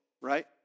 right